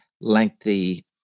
lengthy